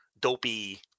dopey